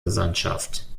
gesandtschaft